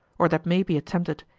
or that may be attempted,